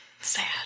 Sad